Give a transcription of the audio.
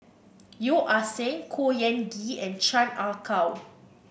Yeo Ah Seng Khor Ean Ghee and Chan Ah Kow